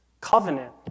Covenant